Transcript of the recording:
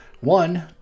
One